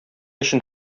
өчен